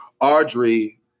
Audrey